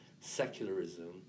secularism